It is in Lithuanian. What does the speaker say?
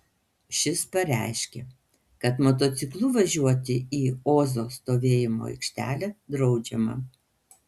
šis pareiškė kad motociklu važiuoti į ozo stovėjimo aikštelę draudžiama